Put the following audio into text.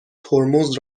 ترمز